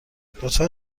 لطفا